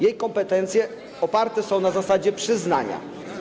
Jej kompetencje oparte są na zasadzie przyznania.